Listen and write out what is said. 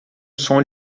som